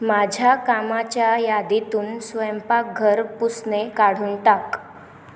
माझ्या कामाच्या यादीतून स्वयंपाकघर पुसणे काढून टाक